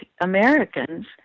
Americans